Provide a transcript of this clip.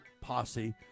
posse